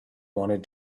wanted